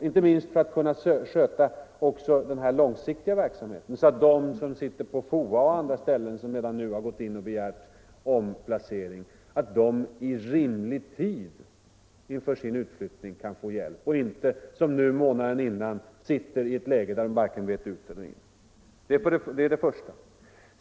inte minst för att kunna sköta också den långsiktiga verksamheten, så att de som arbetar på FOA eller andra ställen och som redan nu har gått in och begärt omplacering i rimlig tid inför sin utflyttning kan få hjälp och inte som nu, månaden före utflyttningen, måste befinna sig i ett läge där de vet varken ut eller in. Det är det första.